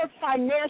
financial